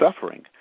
suffering